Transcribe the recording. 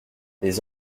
les